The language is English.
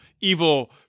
evil